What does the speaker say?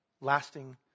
lasting